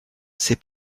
ses